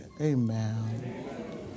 amen